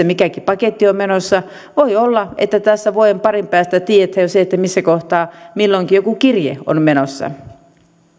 mikäkin paketti on menossa voi olla että tässä vuoden parin päästä tiedetään jo se missä kohtaa milloinkin joku kirje on menossa